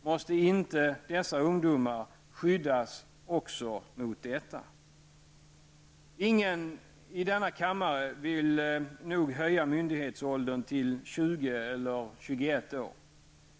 Måste inte dessa ungdomar skyddas också mot detta? Ingen i denna kammare vill nog höja myndighetsåldern till 20 eller 21 år.